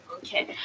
Okay